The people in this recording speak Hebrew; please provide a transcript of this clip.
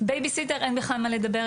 בייביסיטר אין בכלל מה לדבר,